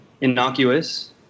innocuous